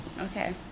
Okay